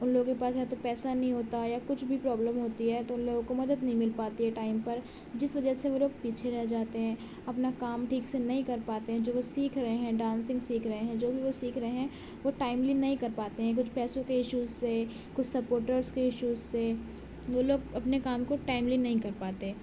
ان لوگوں کے پاس یا تو پیسہ نہیں ہوتا یا کچھ بھی پروبلم ہوتی ہے تو ان لوگوں کو مدد نہیں مل پاتی ہے ٹائم پر جس وجہ سے وہ لوگ پیچھے رہ جاتے ہیں اپنا کام ٹھیک سے نہیں کر پاتے ہیں جو وہ سیکھ رہے ہیں ڈانسنگ سیکھ رہے ہیں جو بھی وہ سیکھ رہے ہیں وہ ٹائملی نہیں کر پاتے ہیں کچھ پیسوں کے اشوز سے کچھ سپوٹرس کے اشوز سے وہ لوگ اپنے کام کو ٹائملی نہیں کر پاتے